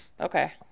Okay